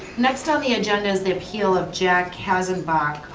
next on the agenda is the appeal of jack kanzenbach.